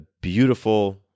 beautiful